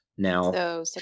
Now